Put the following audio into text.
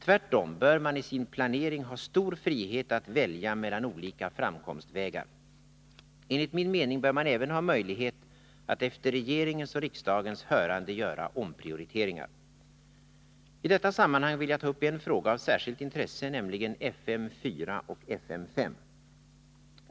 Tvärtom bör man i sin planeringha — Medelsanvisningen stor frihet att välja mellan olika framkomstvägar. Enligt min mening bör man = till radio och teleäven ha möjlighet att efter regeringens och riksdagens hörande göra omprioriteringar.